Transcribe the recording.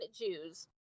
Jews